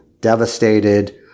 devastated